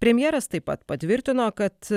premjeras taip pat patvirtino kad